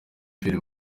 pierre